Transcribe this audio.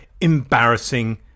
embarrassing